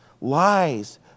Lies